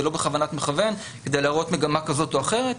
זה לא בכוונת מכוון כדי להראות מגמה כזאת או אחרת.